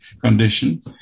condition